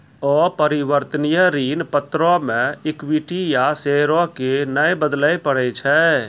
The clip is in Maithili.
अपरिवर्तनीय ऋण पत्रो मे इक्विटी या शेयरो के नै बदलै पड़ै छै